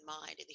mind